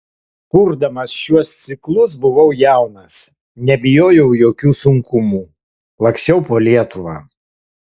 kurdamas šiuos ciklus buvau jaunas nebijojau jokių sunkumų laksčiau po lietuvą